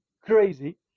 crazy